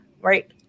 right